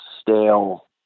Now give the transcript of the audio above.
stale